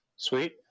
Sweet